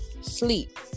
Sleep